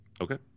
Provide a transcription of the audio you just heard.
Okay